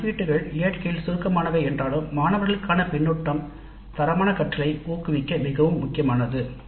இந்த மதிப்பீடுகள் இயற்கையில் சுருக்கமானவை என்றாலும் மாணவர்களுக்கான கருத்து தரமான கற்றலை ஊக்குவிக்க மிகவும் முக்கியமானது